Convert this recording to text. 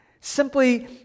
simply